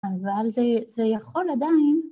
‫אבל זה זה יכול עדיין.